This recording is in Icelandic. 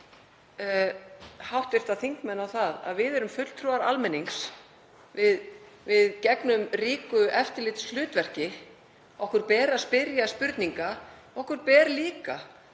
Ég minni hv. þingmenn á að við erum fulltrúar almennings. Við gegnum ríku eftirlitshlutverki, okkur ber að spyrja spurninga og okkur ber líka